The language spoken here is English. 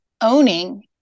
owning